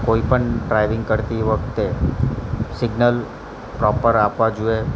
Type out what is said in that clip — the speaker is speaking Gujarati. કોઈ પણ ડ્રાઇવિંગ કરતી વખતે સિગ્નલ પ્રોપર આપવા જોએ